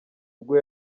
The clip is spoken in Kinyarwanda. ubwo